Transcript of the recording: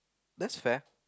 that's fair